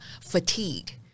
fatigued